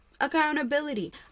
accountability